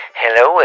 hello